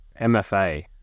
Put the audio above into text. MFA